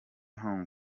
hong